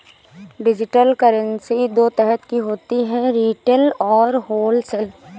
digital currency दो तरह की होती है रिटेल और होलसेल